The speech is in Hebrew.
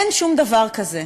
אין שום דבר כזה.